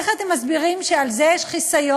איך אתם מסבירים שעל זה יש חיסיון,